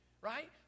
Right